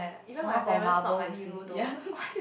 someone for Marvel who save ya